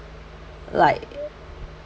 like